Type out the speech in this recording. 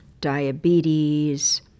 Diabetes